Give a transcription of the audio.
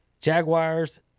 Jaguars